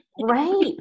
right